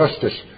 justice